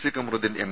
C Kamaruddin M